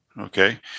okay